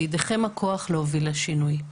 בידכם הכוח להוביל לשינוי."